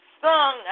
song